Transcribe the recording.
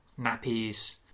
Nappies